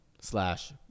slash